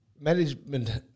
management